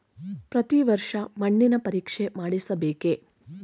ಪ್ರತಿ ವರ್ಷ ಮಣ್ಣಿನ ಪರೀಕ್ಷೆ ಮಾಡಿಸಬೇಕೇ?